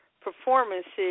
performances